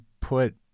put